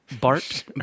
Bart